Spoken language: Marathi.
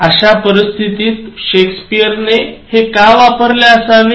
अश्या परिस्थितीत शेक्सपिअरने हे का वापरले असावे